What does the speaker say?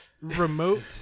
remote